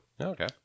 Okay